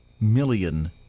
million